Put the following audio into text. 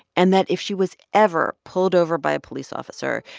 and that if she was ever pulled over by a police officer,